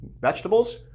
vegetables